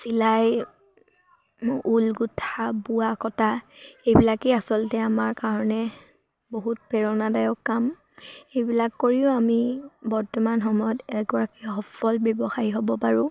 চিলাই ঊল গুঠা বোৱা কটা এইবিলাকেই আচলতে আমাৰ কাৰণে বহুত প্ৰেৰণাদায়ক কাম এইবিলাক কৰিও আমি বৰ্তমান সময়ত এগৰাকী সফল ব্যৱসায়ী হ'ব পাৰোঁ